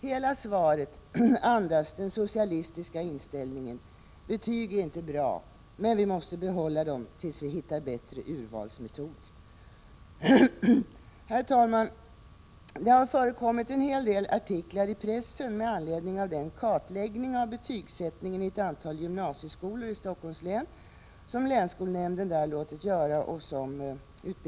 Hela svaret andas den socialistiska inställningen: Betyg är inte bra, men vi måste behålla dem tills vi hittar bättre urvalsmetoder. Herr talman! Det har förekommit en hel del artiklar i pressen med anledning av den kartläggning av betygsättningen i ett antal gymnasieskolor i Stockholms län som länsskolnämnden där låtit göra.